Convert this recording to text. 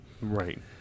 right